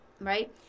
Right